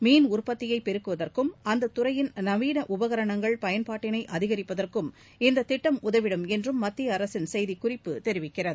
மீன் உற்பத்தியை பெருக்குவதற்கும் அந்த துறையின் நவீன உபகராணங்கள் பய்பாட்டினை அதிகரிப்பதற்கும் இந்த திட்டம் உதவிடும் என்றும் மத்திய அரசின் செய்திக்குறிப்பு தெரிவிக்கிறது